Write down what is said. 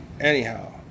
Anyhow